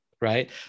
Right